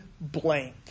blank